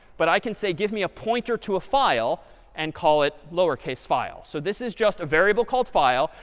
but i can say, give me a pointer to a file and call it lower case file. so this is just a variable called file,